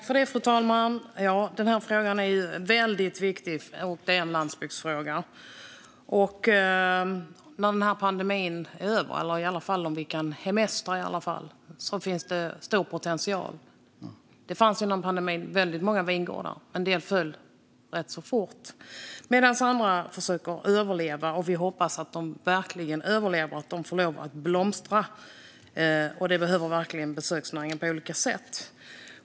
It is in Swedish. Fru talman! Denna fråga är väldigt viktig, och det är en landsbygdsfråga. När denna pandemi är över, och i alla fall om vi kan hemestra, finns det en stor potential. Före pandemin fanns det väldigt många vingårdar. En del försvann rätt så fort, medan andra försöker överleva. Vi hoppas verkligen att de överlever och får lov att blomstra. Det behöver verkligen besöksnäringen på olika sätt.